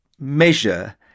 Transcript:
measure